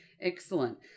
Excellent